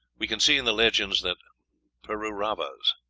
we can see in the legends that pururavas,